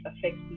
affects